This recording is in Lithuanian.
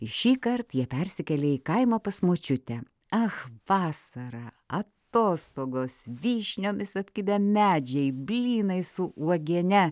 ir šįkart jie persikėlė į kaimą pas močiutę ach vasara atostogos vyšniomis apkibę medžiai blynai su uogiene